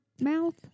mouth